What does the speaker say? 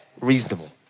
reasonable